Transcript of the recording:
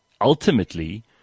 ultimately